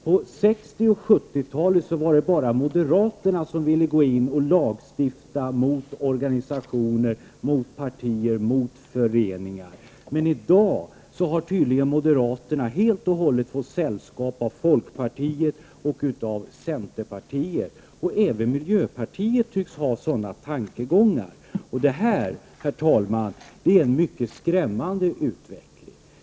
På 60-talet och 70-talet var det bara moderaterna som ville gå in och lagstifta mot organisationer, mot partier och mot föreningar, men i dag har tydligen moderaterna helt och hållet fått sällskap av folkpartiet och centerpartiet. Även miljöpartiet tycks ha sådana tankegångar. Detta, herr talman, är en mycket skrämmande utveckling.